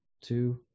two